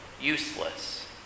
useless